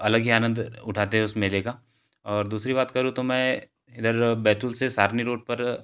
अलग ही आनंद उठाते है उस मेले का और दूसरी बात करूँ तो मैं इधर बैतुल से सारनी रोड पर